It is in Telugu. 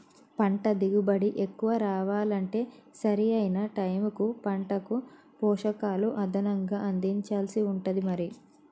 పంట దిగుబడి ఎక్కువ రావాలంటే సరి అయిన టైముకు పంటకు పోషకాలు అదనంగా అందించాల్సి ఉంటది మరి